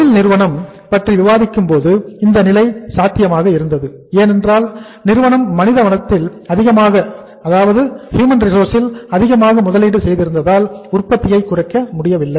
செய்ல் SAIL நிறுவனம் பற்றி விவாதிக்கும்போதுஇந்த நிலை சாத்தியமாக இருந்தது ஏனென்றால் நிறுவனம் மனித வளத்தில் அதிகமான முதலீடு செய்திருந்ததால் உற்பத்தியை குறைக்க முடியவில்லை